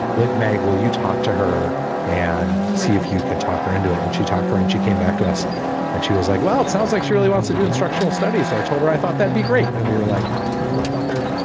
lit mag, will you talk to her and see if you can talk her into it? and she talked her and she came back to us and she was like, well, it sounds like she really wants to do instructional studies. so i told her i thought that be great. and we were like, mother fucker.